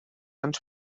ens